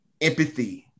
empathy